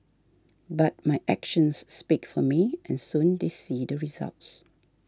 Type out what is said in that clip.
but my actions speak for me and soon they see the results